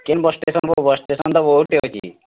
କେନ୍ bus station go bus station ତ ବହୁତ୍ଟେ ଅଛି